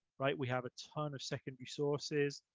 right, we have a ton of second resources,